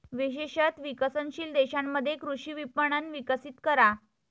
विशेषत विकसनशील देशांमध्ये कृषी विपणन विकसित करा